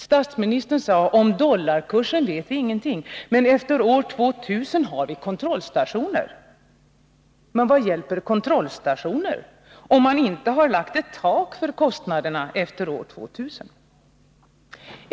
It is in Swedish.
Om dollarkursen vet vi ingenting, sade statsministern, men efter år 2000 har vi kontrollstationer. Men vad hjälper kontrollstationer om man inte har lagt ett tak för kostnaderna efter år 2000?